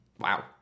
Wow